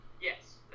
Yes